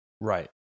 Right